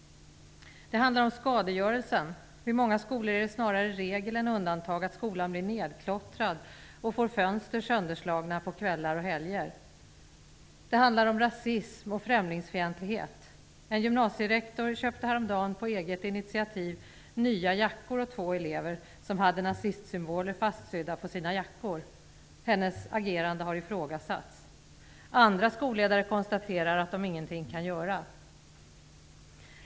Det handlar om skadegörelsen. Vid många skolor är det snarare regel än undantag att skolan blir nedklottrad och får fönster sönderslagna på kvällar och helger. Det handlar om rasism och främlingsfientlighet. En gymnasierektor köpte häromdagen på eget initiativ nya jackor åt två elever som hade nazistsymboler fastsydda på sina jackor. Hennes agerande har ifrågasatts. Andra skolledare konstaterar att de ingenting kan göra.